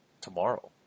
tomorrow